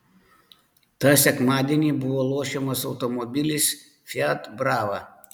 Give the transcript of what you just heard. tą sekmadienį buvo lošiamas automobilis fiat brava